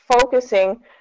focusing